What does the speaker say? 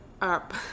up